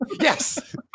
Yes